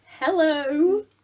Hello